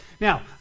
Now